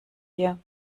hier